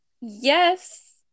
yes